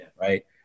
Right